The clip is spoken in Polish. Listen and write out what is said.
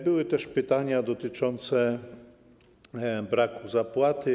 Były też pytania dotyczące braku zapłaty.